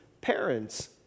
parents